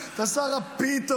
אתה שר הפיתות,